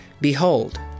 Behold